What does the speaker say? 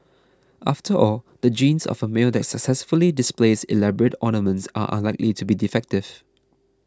after all the genes of a male that successfully displays elaborate ornaments are unlikely to be defective